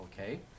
okay